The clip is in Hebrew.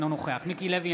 אינו נוכח מיקי לוי,